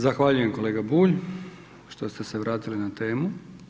Zahvaljujem kolega Bulj što ste se vratili na temu.